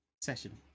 session